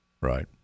Right